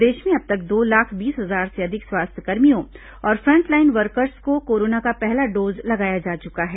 प्रदेश में अब तक दो लाख बीस हजार से अधिक स्वास्थ्यकर्मियों और फ्रंटलाइन वर्कर्स को कोरोना का पहला डोज लगाया जा चुका है